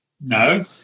No